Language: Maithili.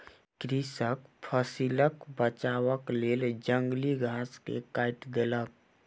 कृषक फसिलक बचावक लेल जंगली घास के काइट देलक